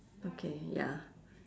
okay ya